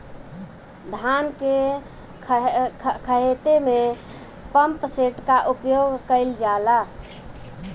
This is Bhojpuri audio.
धान के ख़हेते में पम्पसेट का उपयोग कइल जाला?